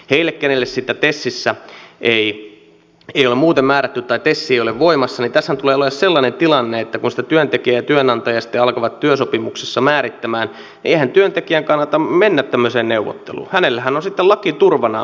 heille kenelle sitä tesissä ei ole muuten määrätty tai tes ei ole voimassa tässähän tulee olemaan sellainen tilanne että kun sitä työntekijä ja työnantaja sitten alkavat työsopimuksessa määrittämään niin eihän työntekijän kannata mennä tämmöiseen neuvotteluun hänellähän on sitten laki turvanaan